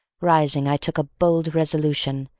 rising, i took a bold resolution.